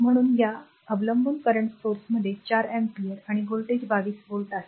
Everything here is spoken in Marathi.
म्हणून या r अवलंबून current स्त्रोतामध्ये 4 अँपिअर आणि व्होल्टेज 22 व्होल्ट आहे